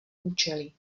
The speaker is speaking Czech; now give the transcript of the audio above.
účely